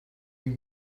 you